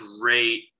great